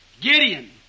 Gideon